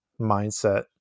mindset